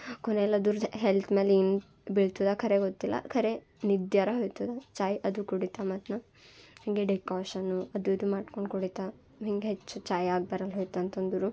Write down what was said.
ಕೊನೆಲಿ ಅದುರ್ದು ಹೆಲ್ತ್ ಮೇಲೆ ಏನು ಬೀಳ್ತದೆ ಖರೆ ಗೊತ್ತಿಲ್ಲ ಖರೆ ನಿದ್ಯಾರ ಹೋಗ್ತದ ಚಾಯ್ ಅದು ಕುಡಿತ ಮತ್ತೆ ನಾನು ಹೀಗೆ ಡಿಕಾಷನ್ನು ಅದು ಇದು ಮಾಡ್ಕೊಂಡು ಕುಡಿತಾ ಹೀಗೆ ಹೆಚ್ಚು ಚಾಯ್ ಆಗ್ಬರಲ್ಲ ಹೊಯ್ತಂತಂದರು